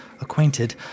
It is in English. acquainted